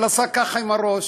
אבל עשה ככה עם הראש,